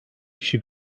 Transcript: kişi